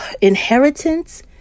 inheritance